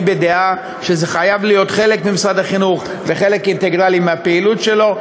אני בדעה שזה חייב להיות חלק ממשרד החינוך וחלק אינטגרלי מהפעילות שלו,